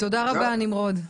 תודה רבה, נמרוד.